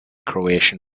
croatian